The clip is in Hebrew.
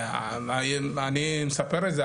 אני מספר את זה,